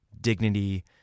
dignity